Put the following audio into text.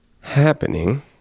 happening